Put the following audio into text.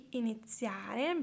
iniziare